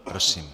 Prosím.